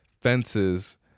Fences